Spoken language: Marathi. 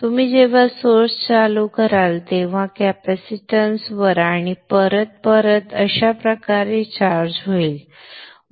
तुम्ही जेव्हा सोर्स चालू कराल तेव्हा कॅपॅसिटन्स वर आणि परत परत अशा प्रकारे चार्ज होईल